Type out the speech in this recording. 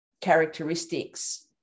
characteristics